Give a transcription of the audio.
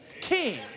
king